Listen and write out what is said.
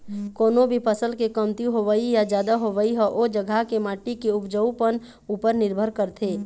कोनो भी फसल के कमती होवई या जादा होवई ह ओ जघा के माटी के उपजउपन उपर निरभर करथे